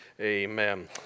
Amen